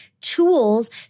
tools